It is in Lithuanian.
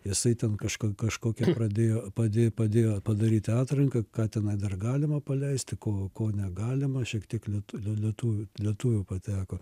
jisai ten kažkur kažkokia pradėjo pa padėjo padaryti atranką ką tenai dar galima paleisti ko ko negalima šiek tiek lietuvių lietuvių lietuvių pateko